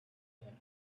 him